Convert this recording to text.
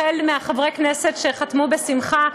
החל בחברי הכנסת שחתמו בשמחה,